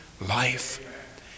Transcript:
life